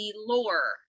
lore